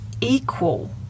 equal